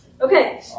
Okay